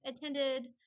attended